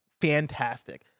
fantastic